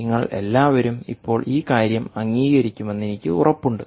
നിങ്ങൾ എല്ലാവരും ഇപ്പോൾ ഈ കാര്യം അംഗീകരിക്കുമെന്ന് എനിക്ക് ഉറപ്പുണ്ട്